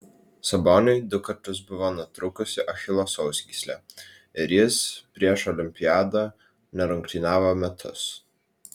saboniui du kartus buvo nutrūkusi achilo sausgyslė ir jis prieš olimpiadą nerungtyniavo metus